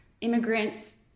immigrants